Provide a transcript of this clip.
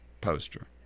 poster